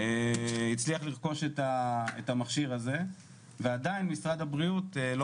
הצליח לרכוש את המכשיר הזה ועדין משרד הבריאות לא